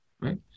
right